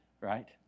right